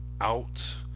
out